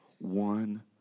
one